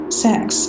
sex